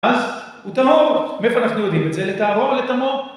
אז הוא טהור. מאיפה אנחנו יודעים את זה? לטהרו או לטמאו.